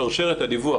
שרשרת הדיווח.